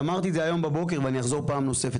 אמרתי את זה היום בבוקר ואני אחזור על זה פעם נוספת,